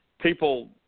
people